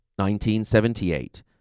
1978